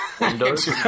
Windows